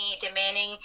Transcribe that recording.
demanding